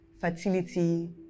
fertility